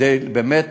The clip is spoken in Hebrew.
כדי באמת,